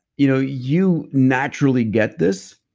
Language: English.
you know you naturally get this.